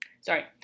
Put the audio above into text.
Sorry